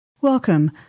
Welcome